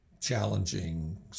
challenging